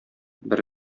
бер